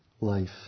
life